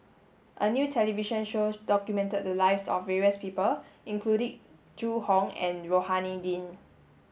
a new television show documented the lives of various people including Zhu Hong and Rohani Din